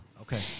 Okay